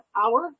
hour